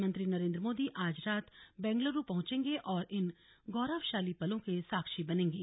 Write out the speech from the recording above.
प्रधानमंत्री नरेन्द्र मोदी आज रात बेंगलूरू पहुंचेंगे और इन गौरवशाली पलों के साक्षी बनेंगे